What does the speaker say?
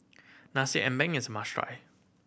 Nasi Ambeng is must try